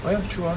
oh ya true ah